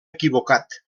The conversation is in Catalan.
equivocat